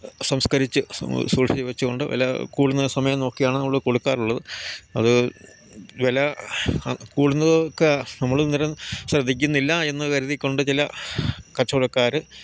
സംസ്കരിച്ച് സൂക്ഷിച്ച് വെച്ചുകൊണ്ട് വില കൂടുന്ന സമയം നോക്കിയാണ് നമ്മൾ കൊടുക്കാറുള്ളത് അത് വില കൂടുന്നതൊക്കെ നമ്മൾ നിരം ശ്രദ്ധിക്കുന്നില്ല എന്ന് കരുതിക്കൊണ്ട് ചില കച്ചവടക്കാർ